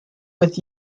with